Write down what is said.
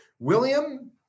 William